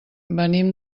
venim